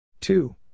Two